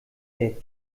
der